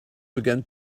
began